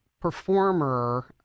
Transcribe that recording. performer